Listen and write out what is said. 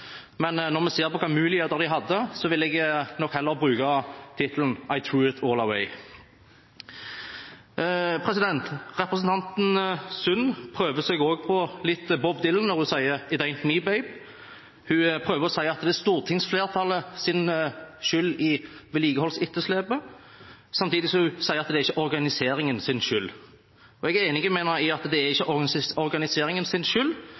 men når vi ser på hvilke muligheter de hadde, vil jeg nok heller bruke tittelen «I threw it all away». Representanten Sund prøver seg også på litt Bob Dylan når hun sier «It ain’t me, babe». Hun prøver å si at det er stortingsflertallet som har skylden for vedlikeholdsetterslepet, samtidig som at hun sier at det ikke er organiseringens skyld. Jeg er enig med henne i at det ikke er organiseringens skyld – det er Arbeiderpartiets, Senterpartiets og SVs skyld